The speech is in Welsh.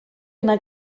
yna